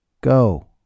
Go